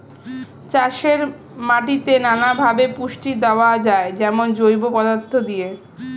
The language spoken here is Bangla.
চাষের মাটিতে নানা ভাবে পুষ্টি দেওয়া যায়, যেমন জৈব পদার্থ দিয়ে